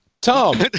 Tom